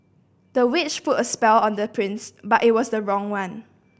the witch put a spell on the prince but it was the wrong one